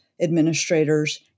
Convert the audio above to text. administrators